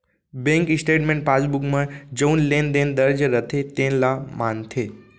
bank statement passbook म जउन लेन देन दर्ज रथे तेने ल मानथे